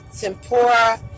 tempura